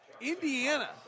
Indiana